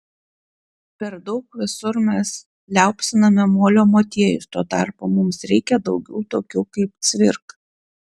per daug visur mes liaupsiname molio motiejus tuo tarpu mums reikia daugiau tokių kaip cvirka